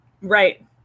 Right